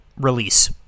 release